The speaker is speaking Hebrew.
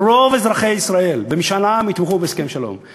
רוב אזרחי ישראל יתמכו בהסכם שלום במשאל עם.